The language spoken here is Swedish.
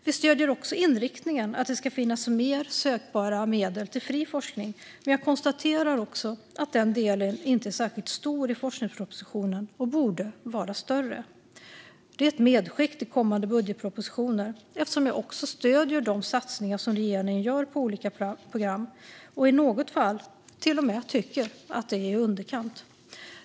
Vi stöder också inriktningen att det ska finnas mer sökbara medel till fri forskning, men jag konstaterar att den delen inte är särskilt stor i forskningspropositionen och borde vara större. Det är ett medskick till kommande budgetpropositioner eftersom jag stöder de satsningar som regeringen gör på olika program och i något fall till och med tycker att de är i underkant.